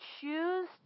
choose